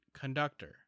conductor